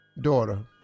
daughter